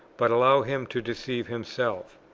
but allow him to deceive himself.